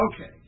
Okay